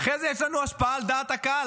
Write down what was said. אחרי זה יש לנו השפעה על דעת הקהל,